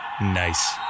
Nice